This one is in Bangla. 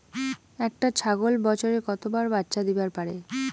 একটা ছাগল বছরে কতবার বাচ্চা দিবার পারে?